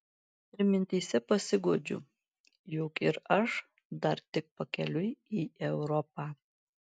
ir mintyse pasiguodžiu jog ir aš dar tik pakeliui į europą